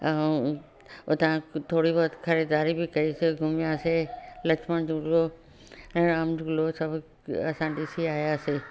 ऐं उतां थोरी बहुत ख़रीदारी बि कईसीं घुमियासीं लक्ष्मन झूलो ऐं राम झूलो सभु असां ॾिसी आयासीं